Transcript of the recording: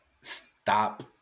Stop